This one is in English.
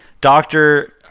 doctor